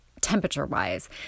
temperature-wise